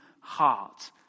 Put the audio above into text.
heart